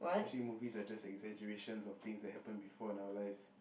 actually movies are just exaggeration of things that happen before in our lives